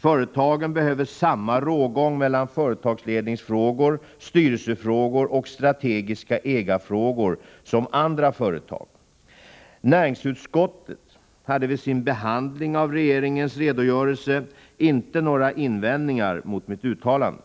Företagen behöver samma rågång mellan företagsledningsfrågor, styrelsefrågor och strategiska ägarfrågor som andra företag. Näringsutskottet hade vid sin behandling av regeringens redogörelse inte några invändningar mot mitt uttalande.